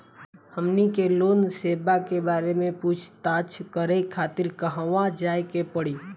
हमनी के लोन सेबा के बारे में पूछताछ करे खातिर कहवा जाए के पड़ी?